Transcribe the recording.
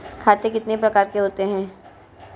खाते कितने प्रकार के होते हैं?